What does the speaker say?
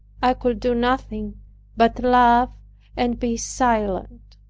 i could do nothing but love and be silent.